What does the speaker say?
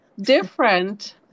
different